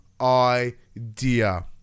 idea